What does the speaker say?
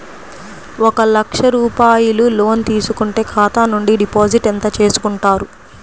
ఒక లక్ష రూపాయలు లోన్ తీసుకుంటే ఖాతా నుండి డిపాజిట్ ఎంత చేసుకుంటారు?